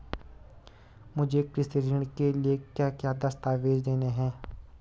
मुझे कृषि ऋण के लिए क्या क्या दस्तावेज़ देने हैं?